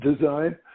design